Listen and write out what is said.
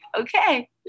okay